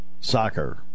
soccer